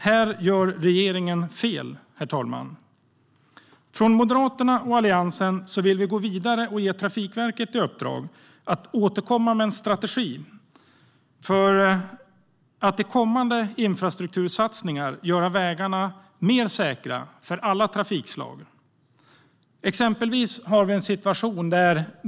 Här gör regeringen fel, herr talman. Moderaterna och Alliansen vill gå vidare och ge Trafikverket i uppdrag att återkomma med en strategi för att i kommande infrastruktursatsningar göra vägarna mer säkra för alla trafikslag.